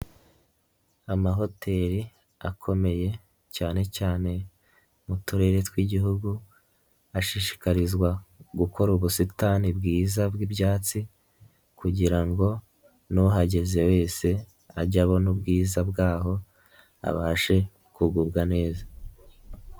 Amahoteli akomeye cyane cyane mu turere tw'igihugu, ashishikarizwa gukora ubusitani bwiza bw'ibyatsi, kugira ngo n'uhageze wese ajye abona ubwiza bwaho abashe kugubwa neza.